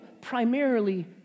primarily